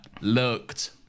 looked